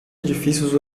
edifícios